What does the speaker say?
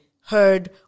heard